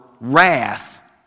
wrath